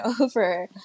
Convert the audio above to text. over